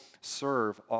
serve